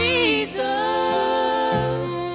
Jesus